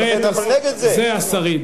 אדוני היושב-ראש, תראה, זה השריד.